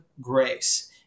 grace